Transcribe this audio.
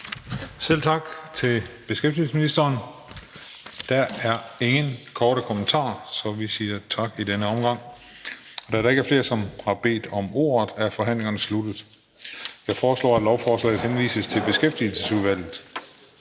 Selv tak til beskæftigelsesministeren. Der er ingen korte bemærkninger, så vi siger tak i denne omgang. Da der ikke er flere, som har bedt om ordet, er forhandlingen sluttet. Jeg foreslår, at lovforslaget henvises til Beskæftigelsesudvalget.